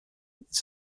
it’s